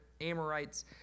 Amorites